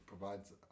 Provides